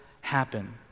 happen